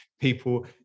People